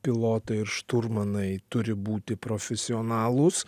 pilotai ir šturmanai turi būti profesionalūs